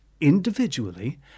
individually